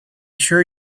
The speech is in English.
sure